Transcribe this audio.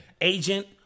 Agent